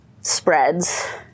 spreads